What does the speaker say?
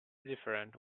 different